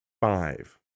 five